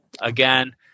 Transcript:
Again